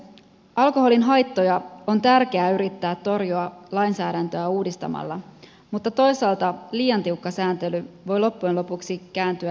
alkoholin haittoja on tärkeää yrittää torjua lainsäädäntöä uudistamalla mutta toisaalta liian tiukka sääntely voi loppujen lopuksi kääntyä itseään vastaan